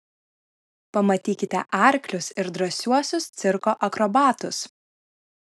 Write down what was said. pamatykite arklius ir drąsiuosius cirko akrobatus